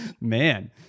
Man